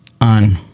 on